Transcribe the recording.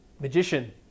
magician